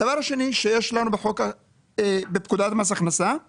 הדבר השני שיש לנו בפקודת מס הכנסה זה